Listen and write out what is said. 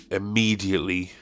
immediately